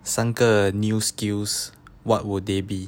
三个 new skills what would they be